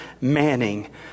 Manning